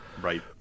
Right